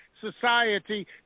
society